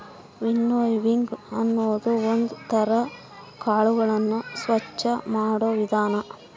winnowing ಅನ್ನೋದು ಒಂದ್ ತರ ಕಾಳುಗಳನ್ನು ಸ್ವಚ್ಚ ಮಾಡೋ ವಿಧಾನ